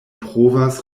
provas